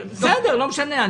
בסדר, לא משנה.